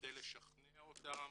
כדי לשכנע אותם.